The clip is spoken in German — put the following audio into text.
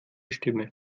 stimme